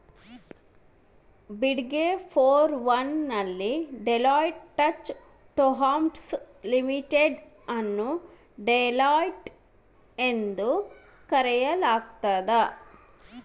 ಬಿಗ್ಡೆ four one ನಲ್ಲಿ Deloitte Touche Tohmatsu limited ಅನ್ನು Deloitte ಎಂದು ಕರೆಯಲಾಗ್ತದ